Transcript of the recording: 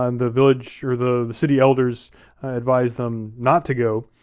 um the village or the city elders advise them not to go,